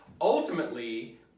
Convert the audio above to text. ultimately